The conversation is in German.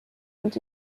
und